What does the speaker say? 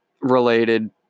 related